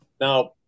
Now